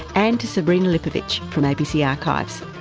and to sabrina lipovic from abc archives.